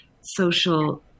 social